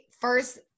first